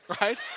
right